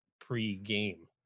pre-game